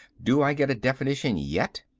do i get a definition yet?